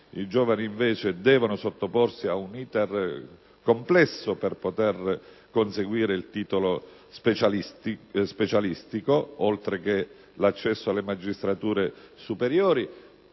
i giovani, invece, devono sottoporsi ad un *iter* complesso per poter conseguire il titolo specialistico, oltre che per poter accedere alle magistrature superiori.